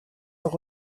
auch